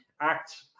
act